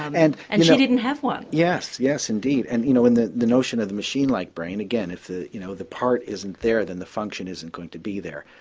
and and she didn't have one. yes, yes indeed and you know when the the notion of the machine-like brain, again if the you know the part isn't there the function isn't going to be there.